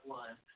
one